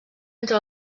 entre